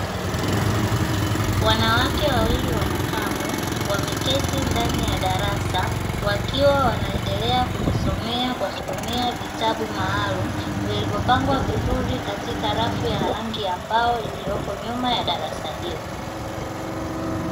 Wanawake wawili wa makamu. Wameketi ndani ya darasa, wakiwa wanaendelea kujisomea kwa kutumia vitabu maalumu. Vilivyopangwa vizuri katika rafu ya rangi ya mbao, iliyopo nyuma ya darasa hilo.